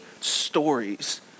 stories